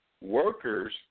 Workers